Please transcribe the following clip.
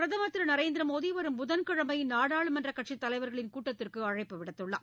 பிரதமர் திரு நரேந்திர மோடி வரும் புதன்கிழமை நாடாளுமன்ற கட்சித் தலைவர்களின் கூட்டத்திற்கு அழைப்பு விடுத்துள்ளார்